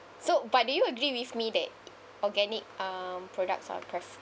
so but do you agree with me that organic um products are